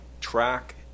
track